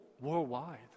worldwide